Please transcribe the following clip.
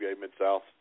Mid-South